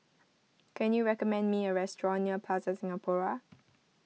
can you recommend me a restaurant near Plaza Singapura